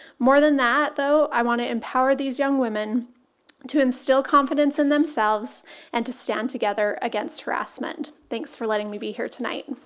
more than that, though, i want to empower these young women to instill confidence in themselves and to stand together against harassment. thanks for letting me be here tonight.